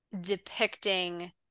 depicting